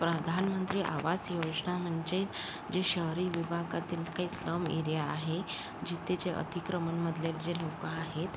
प्रधानमंत्री आवास योजना म्हणजे जे शहरी विभागातील काही स्लम एरिया आहे जिथे जे अतिक्रमणमधले जे लोकं आहेत